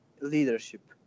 leadership